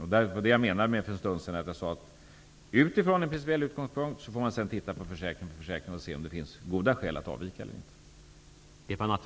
Det var det jag avsåg när jag för en stund sedan sade att man utifrån en principiell utgångspunkt försäkring för försäkring får undersöka om det finns goda skäl att avvika eller inte.